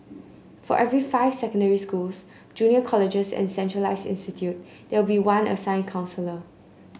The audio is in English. for every five secondary schools junior colleges and centralised institute there will be one assigned counsellor